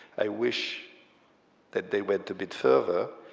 i wish that they went a bit further,